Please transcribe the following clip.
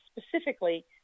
specifically